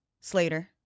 Slater